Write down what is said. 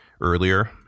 earlier